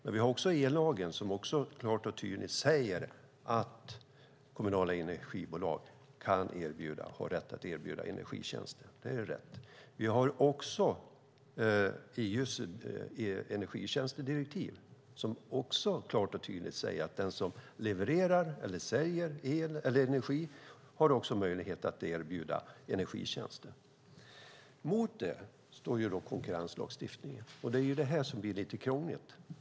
Sedan har vi ellagen, som klart och tydligt säger att kommunala energibolag kan och har rätt att erbjuda energitjänster. Det är rätt. Dessutom har vi EU:s energitjänstedirektiv, som också klart och tydligt säger att den som levererar eller säljer el eller energi även har möjlighet att erbjuda energitjänster. Mot detta står konkurrenslagstiftningen, och det är här det blir lite krångligt.